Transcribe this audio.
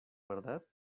verdad